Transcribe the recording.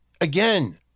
again